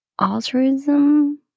altruism